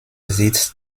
sitz